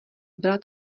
byla